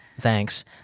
Thanks